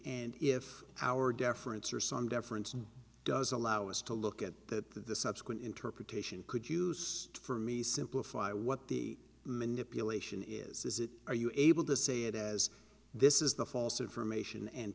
and if our deference or some deference and does allow us to look at the subsequent interpretation could use it for me simplify what the manipulation is is it are you able to say it as this is the false information and